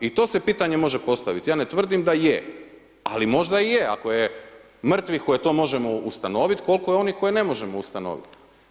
I to se pitanje može postaviti, ja ne tvrdim da je, ali možda i je ako je mrtvih koje to možemo ustanoviti, koliko je onih koje ne možemo ustanoviti.